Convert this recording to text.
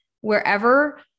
wherever